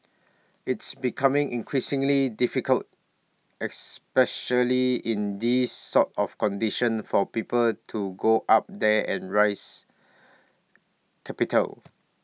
it's becoming increasingly difficult especially in these sort of conditions for people to go up there and rise capital